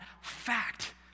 fact